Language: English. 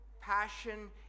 passion